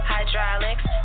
Hydraulics